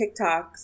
TikToks